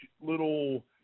little